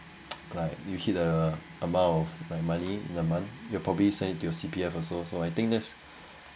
like you hit a amount of my money in a month you probably send your C_P_F also so I think that's